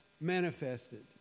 Manifested